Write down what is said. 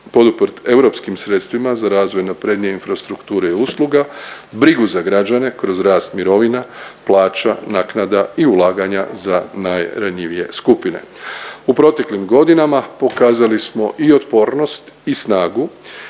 poduprt europskim sredstvima za razvoj naprednije infrastrukture i usluga, brigu za građane kroz rast mirovina, plaća, naknada i ulaganja za najranjivije skupine. U proteklim godinama pokazali smo i otpornost i snagu